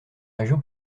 région